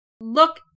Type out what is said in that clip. Look